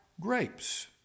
grapes